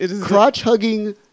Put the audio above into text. crotch-hugging